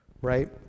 Right